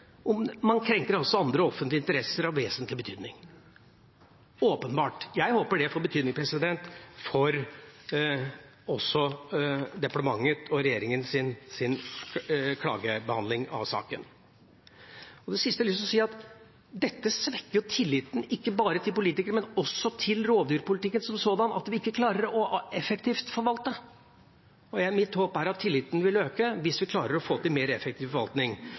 at man i det minste må vurdere det opp mot bestemmelsen som har stått der hele tida, og som de mener burde ha blitt vurdert, om krenking av «andre offentlige interesser av vesentlig betydning» – åpenbart. Jeg håper det får betydning også for departementet og regjeringas klagebehandling av saken. Til slutt har jeg lyst til å si at det svekker ikke bare tilliten til politikere, men også til rovdyrpolitikken som sådan at vi ikke effektivt klare å forvalte. Mitt håp er at tilliten vil øke